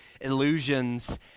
illusions